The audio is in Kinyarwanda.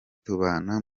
tubana